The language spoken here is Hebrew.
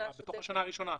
בתוך השנה הראשונה?